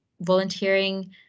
volunteering